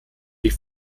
die